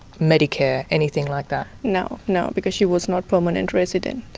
medicare, anything like that. no, no because she was not permanent resident.